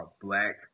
black